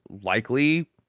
likely